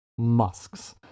musks